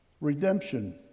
Redemption